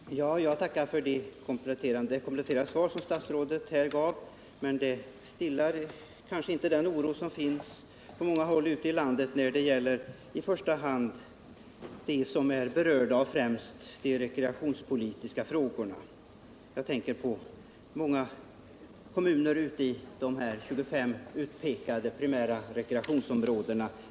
Herr talman! Jag tackar för det kompletterande svar som statsrådet här lämnade, men det stillar kanske inte den oro som finns på många håll ute i landet, i första hand hos dem som är berörda av främst de rekreationspolitiska frågorna. Jag tänker på många kommuner som finns inom de 25 utpekade primära rekreationsområdena.